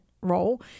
role